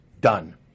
Done